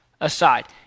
aside